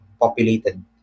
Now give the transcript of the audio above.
populated